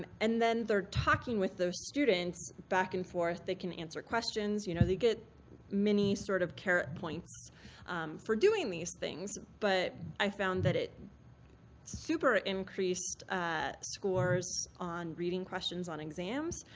um and then they're talking with those students back and forth. they can answer questions. you know, they get mini sort of carrot points for doing these things. but i found that it super increased scores on reading questions on exams.